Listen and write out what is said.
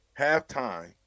halftime